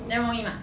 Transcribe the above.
then 容易吗